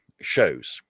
shows